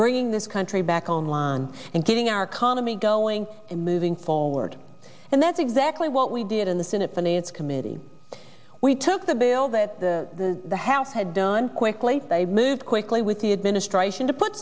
bringing this country back on line and getting our economy growing and moving forward and that's exactly what we did in the senate finance committee we took the bill that the house had done quickly they moved clee with the administration to put